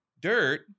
dirt